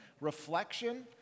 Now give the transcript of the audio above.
reflection